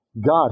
God